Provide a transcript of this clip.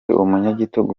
umunyagitugu